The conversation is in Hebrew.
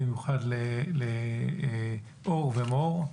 במיוחד לאור ומור,